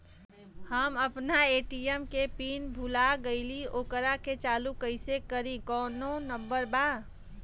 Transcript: हम अपना ए.टी.एम के पिन भूला गईली ओकरा के चालू कइसे करी कौनो नंबर बा?